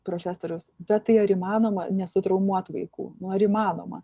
profesoriaus bet tai ar įmanoma nesutraumuot vaikų nu ar įmanoma